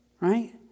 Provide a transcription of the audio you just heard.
right